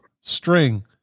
string